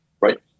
right